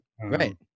right